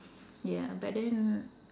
ya but then